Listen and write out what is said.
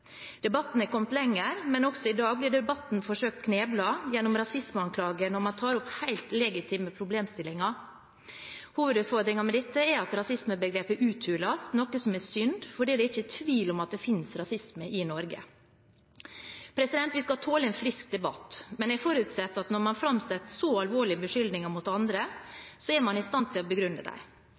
Debatten har kommet lenger, men også i dag blir debatten forsøkt kneblet gjennom rasismeanklager når man tar opp helt legitime problemstillinger. Hovedutfordringen med dette er at rasismebegrepet uthules, noe som er synd, for det er ikke tvil om at det finnes rasisme i Norge. Vi skal tåle en frisk debatt, men jeg forutsetter at når man framsetter så alvorlige beskyldninger mot andre, er man i stand til å begrunne